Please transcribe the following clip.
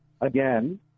again